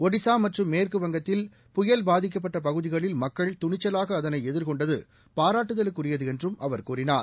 ஒடிஸா மற்றும் மேற்குவங்கத்தில் புயல் பாதிக்கப்பட்ட பகுதிகளில் மக்கள் துணிச்சலாக அதளை எதிர்கொண்டது பாராட்டுதலுக்குரிது என்றும் அவர் கூறினார்